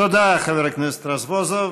תודה, חבר הכנסת רזבוזוב.